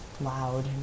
loud